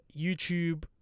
YouTube